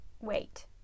wait